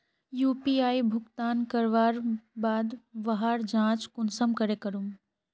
UPI भुगतान करवार बाद वहार जाँच कुंसम करे करूम?